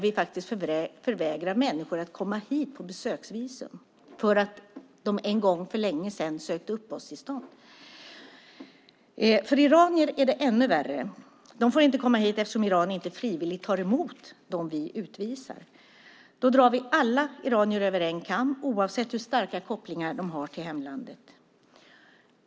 Vi förvägrar människor att komma hit på besöksvisum för att de en gång för länge sedan sökt uppehållstillstånd. För iranier är det ännu värre. De får inte komma hit, eftersom Iran inte frivilligt tar emot dem vi utvisar. Då drar vi alla iranier över en kam, oavsett hur starka kopplingar de har till hemlandet.